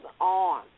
on